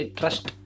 trust